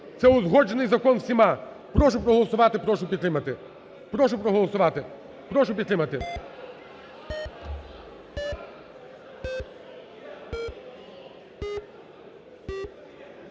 Це узгоджений закон всіма. Прошу проголосувати, прошу підтримати.